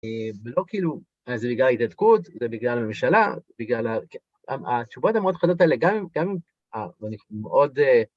וזה לא כאילו, וזה בגלל ההתנתקות, זה בגלל הממשלה, זה בגלל, התשובות המאוד חדות האלה, גם גם גם אם הא ואני מאוד...